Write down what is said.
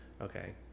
Okay